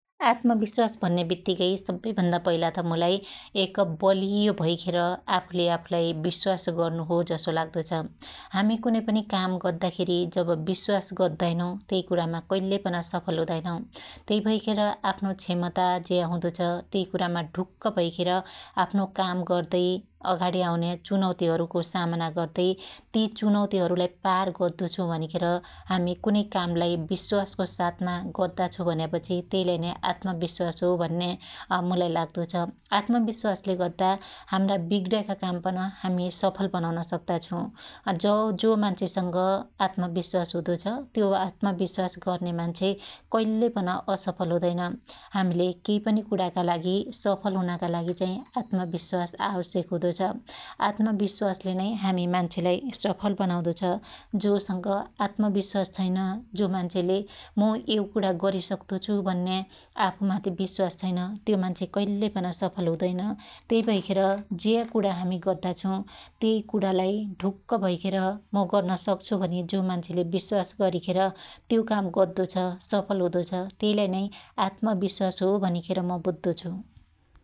आत्म बिश्वास भन्या बित्तीकै सब्बै भन्दा पईला त मुलाई एक बलियो भैखेर आफुले आफुलाई बिश्वास गर्नु हो जसो लाग्दो छ । हामी कुनै पनि काम गद्दा खेरी जब बिस्वास गद्दाईनौ त्यइ कुणामा कइल्यै पन सफल हुदाइनौ । त्यै भैखेर आफ्नो क्षमता ज्या हुदो छ त्यइ कुणामा ढुक्क भैखेर आफ्नो काम गर्दै अघाडी आउन्या चुनौतीहरुको सामना गर्दै ति चुनौतीहरुलाई पार गद्दछु भनिखेर हामि कुनै कामलाई बिश्वासको साथमा गद्दा छु भन्यापछि त्यइलाई नै आत्म बिश्वास हो भन्या अमुलाई लाग्दो छ । आत्म बिश्वासले गद्दा हाम्रा बिग्ण्याका काम पन हामि सफल बनाउन सक्ता छु । जो मान्छेसंग आत्म बिश्वास हुदो छ त्यो आत्म बिश्वास गर्नया मान्छे कइल्यै पन असफल हुदैन । हामिले केइ पनी कुणाका लागि सफल हुनाका लागि आत्म बिश्वास आवश्यक हुदो छ । आत्म बिश्वासले नै हामी मान्छेलाई सफल बनाउदो छ । जो संग आत्म बिश्वास छैन जो मान्छेले मु यो कुणा गरीसक्तो छु भन्या आफुमाथि बिश्वास छैन त्यो मान्छे कइल्ले पन सफल हुदैन । त्यै भैखेर ज्या कुणा ही गद्दा छु त्यइ कणालाई ढुक्क भैखेर म गर्न सक्छु भनि जो मान्छेले बिश्वास गरीखेर त्यो काम गद्दो छ सफल हुदो छ त्यइलाई नै आत्म बिश्वास हो भनिखेर म बुद्दो छु ।